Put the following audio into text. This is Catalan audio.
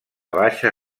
baixa